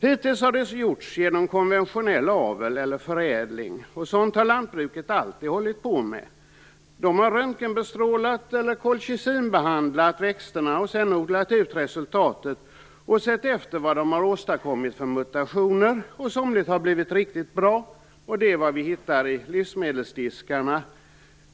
Hittills har det gjorts genom konventionell avel eller förädling. Sådant har lantbruket alltid hållit på med. Man har röntgenbestrålat eller colchizinbehandlat växterna, sedan odlat ut resultatet och sett efter vad de åstadkommit för mutationer. Somligt har blivit riktigt bra, och det är vad vi hittar i livsmedelsdiskarna.